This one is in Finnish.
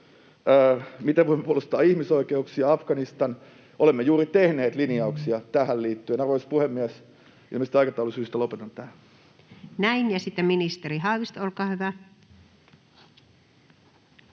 miten voimme puolustaa ihmisoikeuksia, Afganistan. — Olemme juuri tehneet linjauksia tähän liittyen. Arvoisa puhemies! Ilmeisesti aikataulusyistä lopetan tähän. [Speech 56] Speaker: Anu Vehviläinen